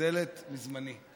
גוזלת מזמני.